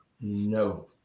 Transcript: No